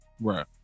Right